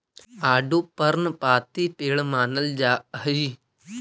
आडू पर्णपाती पेड़ मानल जा हई